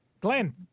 Glenn